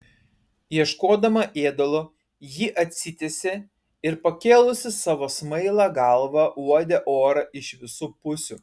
ieškodama ėdalo ji atsitiesė ir pakėlusi savo smailą galvą uodė orą iš visų pusių